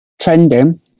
trending